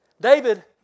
David